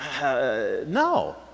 No